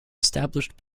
established